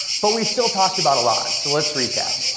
but we still talked about a lot. so, let's recap.